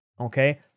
Okay